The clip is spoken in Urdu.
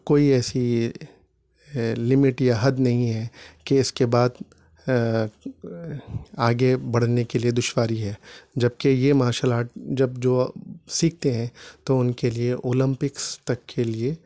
کوئی ایسی لمٹ یا حد نہیں ہے کہ اس کے بعد آگے بڑھنے کے لیے دشواری ہے جبکہ یہ مارشل آرٹ جب جو سیکھتے ہیں تو ان کے لیے اولمپکس تک کے لیے